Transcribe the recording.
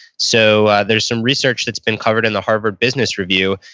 so, there's some research that's been covered in the harvard business review.